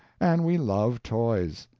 and we love toys.